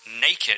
naked